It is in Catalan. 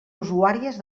usuàries